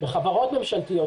בחברות ממשלתיות,